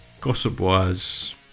Gossip-wise